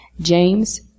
James